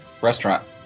restaurant